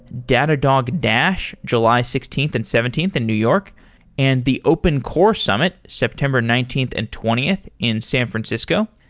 datadog dash, july sixteenth and seventeenth in new york and the open core summit, september nineteenth and twentieth in san francisco.